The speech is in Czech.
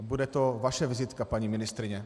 A bude to vaše vizitka, paní ministryně.